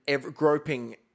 groping